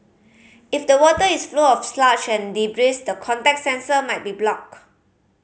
if the water is full of sludge and debris the contact sensor might be blocked